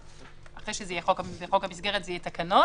איפה זה כתוב?